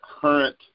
current